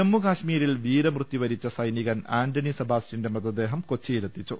ജമ്മുകശ്മീരിൽ വീരമൃത്യുവരിച്ച സൈനികൻ ആന്റണി സെബാസ്റ്റ്യന്റെ മൃതദേഹം കൊച്ചിയിലെത്തിച്ചു